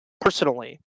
Personally